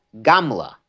Gamla